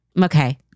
Okay